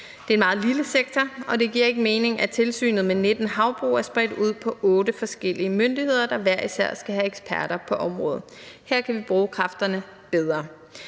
Det er en meget lille sektor, og det giver ikke mening, at tilsynet med 19 havbrug er spredt ud på 8 forskellige myndigheder, der hver især skal have eksperter på området. Her kan vi bruge kræfterne bedre.